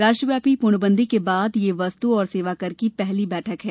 राष्ट्रव्यापी पूर्णबंदी के बाद यह वस्तु और सेवाकर की यह पहली बैठक है